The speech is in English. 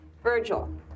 Virgil